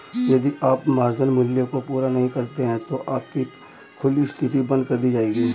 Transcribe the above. यदि आप मार्जिन मूल्य को पूरा नहीं करते हैं तो आपकी खुली स्थिति बंद कर दी जाएगी